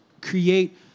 create